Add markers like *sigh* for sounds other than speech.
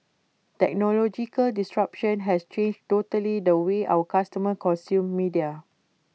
technological disruption has *unintelligible* totally changed the way our customers consume media